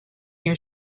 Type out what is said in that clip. your